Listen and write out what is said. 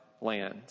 land